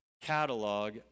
catalog